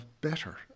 better